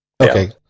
Okay